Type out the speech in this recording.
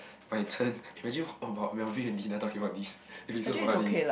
my turn imagine what about Melvin and Dina talking about this